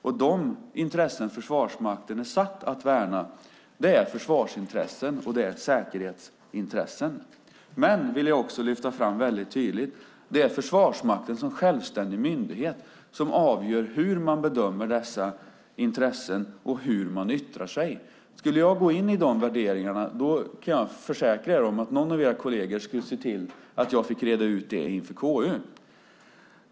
Och de intressen som Försvarsmakten är satt att värna är dels försvarsintressen, dels säkerhetsintressen. Men det är Försvarsmakten som självständig myndighet - det vill jag lyfta fram väldigt tydligt - som avgör hur man bedömer dessa intressen och hur man yttrar sig. Skulle jag gå in i de värderingarna kan jag försäkra er att någon av era kolleger skulle se till att jag fick reda ut det inför KU.